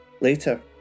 Later